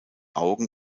augen